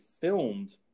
filmed